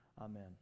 Amen